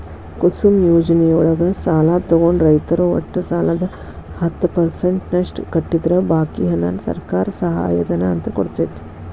ಕುಸುಮ್ ಯೋಜನೆಯೊಳಗ ಸಾಲ ತೊಗೊಂಡ ರೈತರು ಒಟ್ಟು ಸಾಲದ ಹತ್ತ ಪರ್ಸೆಂಟನಷ್ಟ ಕಟ್ಟಿದ್ರ ಬಾಕಿ ಹಣಾನ ಸರ್ಕಾರ ಸಹಾಯಧನ ಅಂತ ಕೊಡ್ತೇತಿ